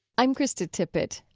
i'm krista tippett.